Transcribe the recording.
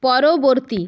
পরবর্তী